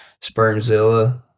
spermzilla